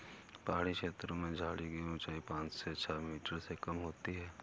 पहाड़ी छेत्रों में झाड़ी की ऊंचाई पांच से छ मीटर से कम होती है